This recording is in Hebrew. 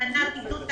מענק עידוד תעסוקה,